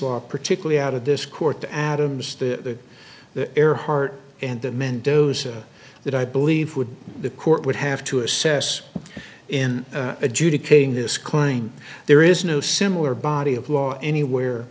law particularly out of this court the adams the the air heart and the mendoza that i believe would the court would have to assess in adjudicating this claim there is no similar body of law anywhere